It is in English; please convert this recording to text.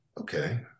Okay